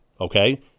okay